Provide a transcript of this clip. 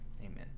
Amen